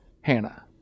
Hannah